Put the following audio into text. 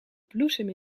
bloesem